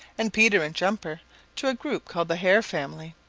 and peter and jumper to a group called the hare family.